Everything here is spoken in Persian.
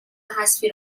حذفی